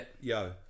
Yo